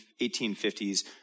1850s